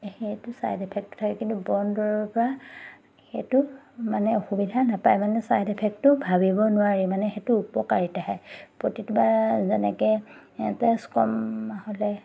সেইটো চাইড এফেক্টটো থাকে কিন্তু বনদৰৱৰপৰা সেইটো মানে অসুবিধা নেপায় মানে চাইড এফেক্টটো ভাবিব নোৱাৰি মানে সেইটো উপকাৰিতহে প্ৰতিটোপা যেনেকৈ তেজ কম হ'লে